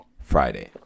Friday